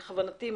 בכוונתי,